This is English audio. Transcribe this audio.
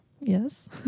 Yes